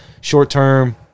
short-term